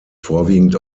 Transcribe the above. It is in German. vorwiegend